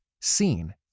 seen